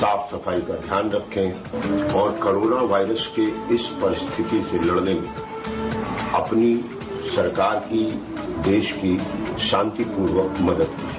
साफ सफाई का ध्यान रखें और कोरोना वायरस की इस परिस्थिति से लड़ने में अपनी सरकार की देश की शांतिपूर्वक मदद कीजिये